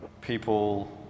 people